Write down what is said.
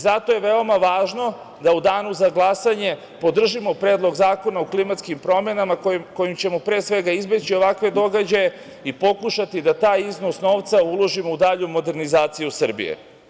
Zato je veoma važno da u danu za glasanje podržimo Predlog zakona o klimatskim promenama kojim ćemo pre svega izbeći ovakve događaje i pokušati da taj iznos novca uložimo u dalju modernizaciju Srbije.